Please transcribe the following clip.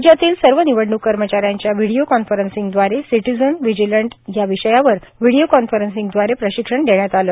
राज्यातील सर्व निवडणूक कर्मचा यांच्या व्हिडीओ कॉर्न्फिर्सींगव्दारे सिटीजन व्हिजीलंट या विषयावर व्हिडीओकॉर्न्फिसींगव्दारे प्रशिक्षण देण्यात आले